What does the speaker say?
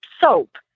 soap